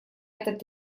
этот